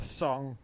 song